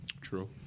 True